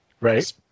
Right